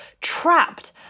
trapped